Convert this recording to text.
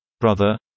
brother